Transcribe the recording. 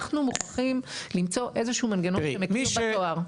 אנחנו מוכרחים למצוא איזשהו מנגנון שמכיר בתואר.